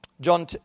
John